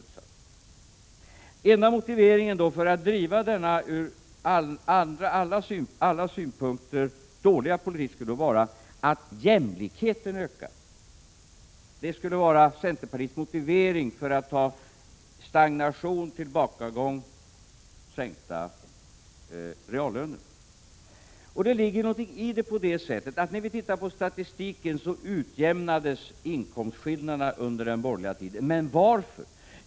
Då är den enda motiveringen för att driva denna ur alla synpunkter dåliga politik att jämlikheten ökar. Det skulle alltså vara centerpartiets motivering för stagnation, tillbakagång och sänkta reallöner. Det ligger faktiskt något i detta. I statistiken ser vi att inkomstskillnaderna utjämnades under den borgerliga tiden. Men varför?